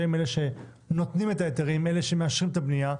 שהן אלה שנותנות את ההיתרים ומאשרות את הבנייה.